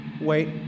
Wait